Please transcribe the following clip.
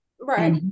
Right